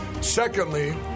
Secondly